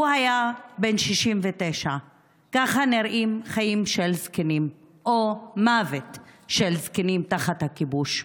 הוא היה בן 69. ככה נראים חיים של זקנים או מוות של זקנים תחת הכיבוש.